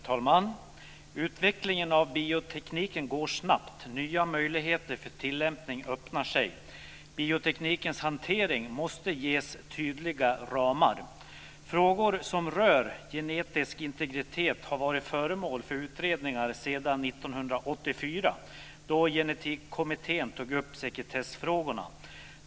Herr talman! Utvecklingen av biotekniken går snabbt. Nya möjligheter för tillämpning öppnar sig. Bioteknikens hantering måste ges tydliga ramar. Frågor som rör genetisk integritet har varit föremål för utredningar sedan 1984, då Genetikkommittén tog upp sekretessfrågorna.